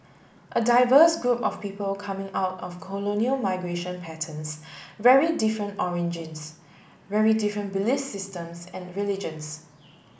a diverse group of people coming out of colonial migration patterns very different origins very different belief systems and religions